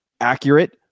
accurate